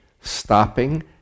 stopping